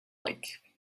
like